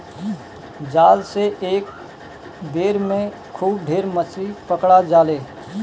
जाल से एक बेर में खूब ढेर मछरी पकड़ा जाले